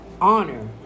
honor